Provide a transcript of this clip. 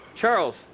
Charles